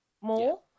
more